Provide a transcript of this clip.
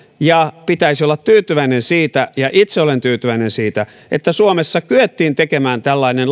ja pitäisi olla tyytyväinen siitä ja itse olen tyytyväinen siitä että suomessa kyettiin tekemään tällainen